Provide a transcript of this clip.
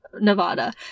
Nevada